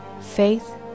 faith